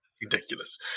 ridiculous